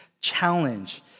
challenge